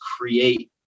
create